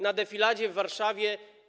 Na defiladzie w Warszawie.